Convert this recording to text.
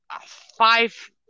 five